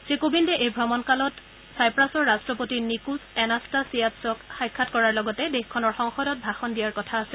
শ্ৰী কোৱিন্দে এই ভ্ৰমণকালত ছাইপ্ৰাছৰ ৰট্টপতি নিকোছ এনাস্তাছিয়াদছক সাক্ষাৎ কৰাৰ লগতে দেশখনৰ সংসদত ভাষণ দিয়াৰ কথা আছে